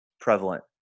prevalent